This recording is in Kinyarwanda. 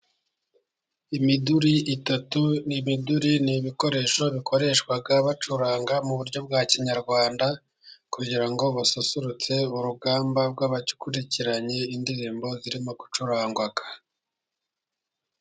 Imiduri itatu, imiduri n'ibikoresho bikoreshwa bacuranga mu buryo bwa Kinyarwanda, kugira ngo basusurutse urugamba rw'abakurikiranye indirimbo zirimo gucurangwa.